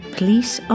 Police